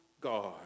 God